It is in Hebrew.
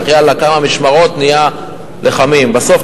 ההנחיות האלה כבר ירדו ומחלחלות לתוך הוועדות.